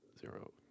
Zero